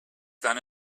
done